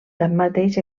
tanmateix